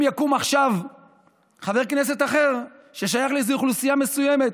אם יקום עכשיו חבר כנסת אחר ששייך לאיזו אוכלוסייה מסוימת